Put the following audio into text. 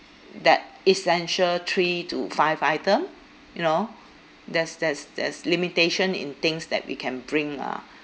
that essential three to five item you know there's there's there's limitation in things that we can bring lah